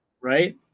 right